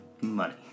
money